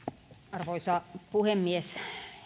arvoisa puhemies